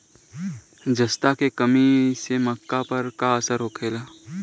जस्ता के कमी से मक्का पर का असर होखेला?